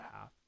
half